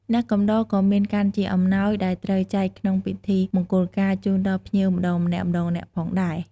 អ្នកកំដរក៏មានកាន់ជាអំណោយដែលត្រូវចែកក្នុងពិធីមង្គលការ ជូនដល់ភ្ញៀវម្តងម្នាក់ៗផងដែរ។